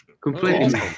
Completely